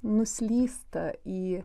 nuslysta į